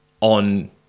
on